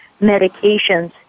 medications